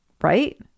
right